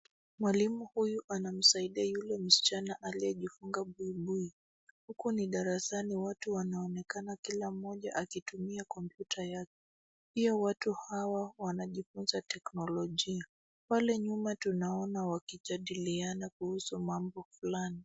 Mwalimu huyu anamsaidia yule msichana aliyejifunga buibui. Huku ni darasani, watu wanaonekana kila mmoja akitumia kompyuta yake. Pia watu hawa wanajifunza teknolojia. Pale nyuma tunaona wakijadiliana kuhusu mambo fulani.